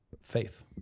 Faith